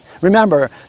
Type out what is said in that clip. remember